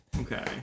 Okay